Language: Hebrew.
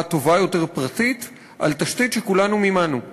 פרטית טובה יותר על תשתית שכולנו מימנו,